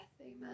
Amen